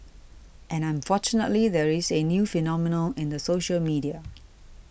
and unfortunately there is a new phenomenon in the social media